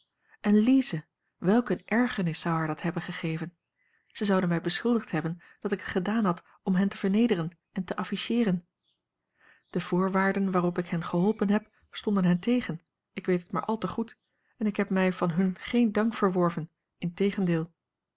lize welk een ergernis zou haar dat hebben gegeven ze zouden mij beschuldigd hebben dat ik het gedaan had om hen te vernederen en te afficheeren de voorwaarden waarop ik hen geholpen heb stonden hen tegen ik weet het maar al te goed en ik heb mij van hun geen dank verworven integendeel